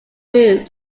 moved